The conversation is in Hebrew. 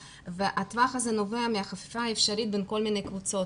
והטווח הזה נובע מהחפיפה האפשרית בין כל מיני קבוצות,